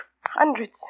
Hundreds